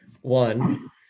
one